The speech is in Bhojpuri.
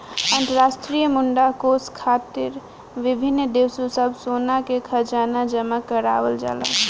अंतरराष्ट्रीय मुद्रा कोष खातिर विभिन्न देश सब सोना के खजाना जमा करावल जाला